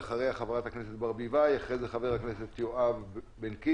ואחריה חברת הכנסת ברביבאי; אחרי זה חבר הכנסת יואב קיש,